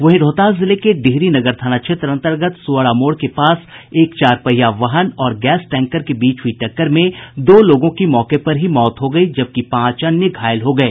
वहीं रोहतास जिले के डिहरी नगर थाना क्षेत्र अंतर्गत सूअरा मोड़ के पास एक चारपहिया वाहन और गैस टैंकर के बीच हुई टक्कर में दो लोगों की मौके पर ही मौत हो गयी जबकि पांच अन्य घायल हो गये